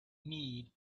need